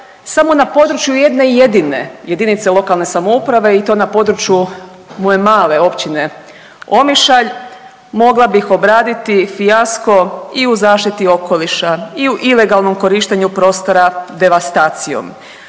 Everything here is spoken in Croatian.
samo na području jedne jedine jedinice lokalne samouprave i to na području moje male Općine Omišalj mogla bih obraditi fijasko i u zaštiti okoliša i u ilegalnom korištenju prostora devastacijom,